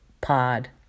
pod